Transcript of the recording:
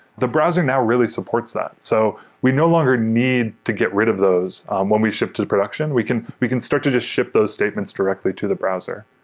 the browser now really supports that. so we no longer need to get rid of those when we ship to production. we can we can start to just ship those statements directly to the browser.